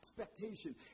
expectation